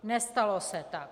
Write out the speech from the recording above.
Nestalo se tak.